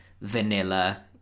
vanilla